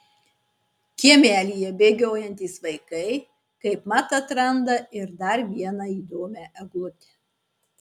kiemelyje bėgiojantys vaikai kaip mat atranda ir dar vieną įdomią eglutę